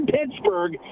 Pittsburgh